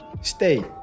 Stay